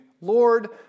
Lord